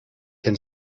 can